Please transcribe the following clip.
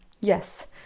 yes